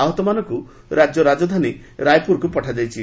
ଆହତମାନଙ୍କ ରାଜ୍ୟ ରାଜଧାନୀ ରାୟପ୍ରରକ୍ତ ପଠାଯାଇଛି